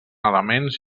elements